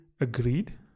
agreed